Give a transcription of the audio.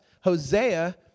Hosea